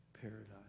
paradise